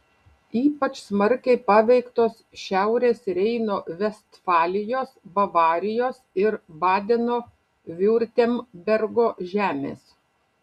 ypač smarkiai paveiktos šiaurės reino vestfalijos bavarijos ir badeno viurtembergo žemės